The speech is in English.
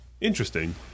interesting